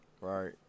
Right